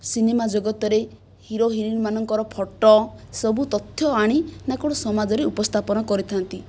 cinema ଜଗତରେ hero ହିରୋଇନ୍ମାନଙ୍କର photo ସବୁ ତଥ୍ୟ ଆଣି ନା କ'ଣ ସମାଜରେ ଉପସ୍ଥାପନ କରିଥାନ୍ତି